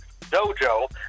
Dojo